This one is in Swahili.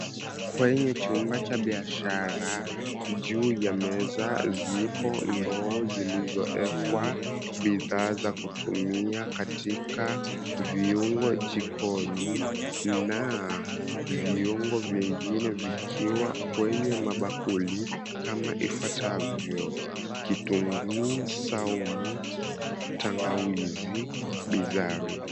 Kwenye chumba cha biashara juu ya meza zipo ndoo zilizoekwa bidhaa za kutumia katika viungo jikoni na viungo vingine vikiwa kwenye mabakuli kama ifuatavyo kitunguu saumu, tangawizi, bizari.